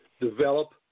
develop